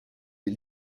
des